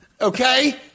Okay